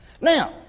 Now